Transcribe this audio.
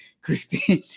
Christine